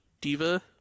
Diva